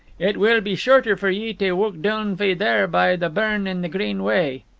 it will be shorter for ye tae walk doon fay there, by the burn and the green way.